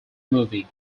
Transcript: movie